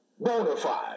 Bonafide